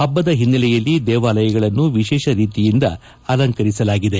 ಹಬ್ಬದ ಹಿನ್ನೆಲೆಯಲ್ಲಿ ದೇವಾಲಯಗಳನ್ನು ವಿಶೇಷ ರೀತಿಯಿಂದ ಅಲಂಕರಿಸಲಾಗಿದೆ